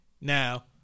Now